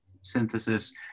synthesis